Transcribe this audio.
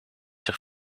zich